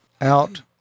out